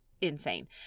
insane